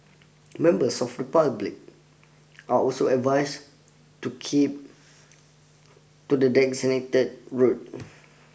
members of the public are also advised to keep to the designated route